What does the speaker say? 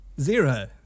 zero